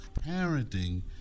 Parenting